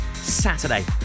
Saturday